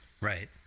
Right